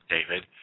David